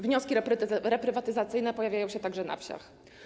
Wnioski reprywatyzacyjne pojawiają się także na wsiach.